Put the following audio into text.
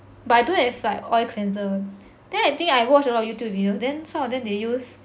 but I don't have like oil cleanser then I think I watch a lot Youtube videos then some of them they use